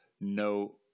no